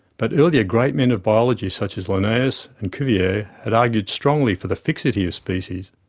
but earlier great men of biology such as linnaeus and cuvier had argued strongly for the fixity of species.